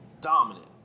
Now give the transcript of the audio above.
Dominant